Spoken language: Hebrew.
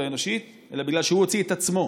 האנושית אלא בגלל שהוא הוציא את עצמו.